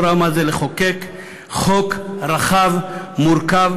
לא ראה מה זה לחוקק חוק רחב ומורכב.